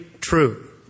true